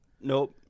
Nope